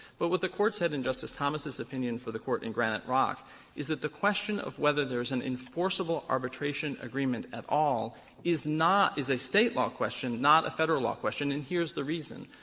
but what the court said in justice thomas's opinion for the court in granite rock is that the question of whether there's an enforceable arbitration agreement at all is not is a state law question, not a federal law question, and here's the reason.